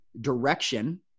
direction